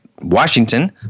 Washington